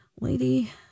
lady